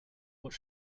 what